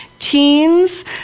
teens